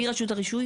מי רשות הרישוי?